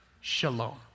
shalom